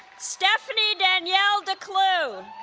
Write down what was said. stephanie danielle declue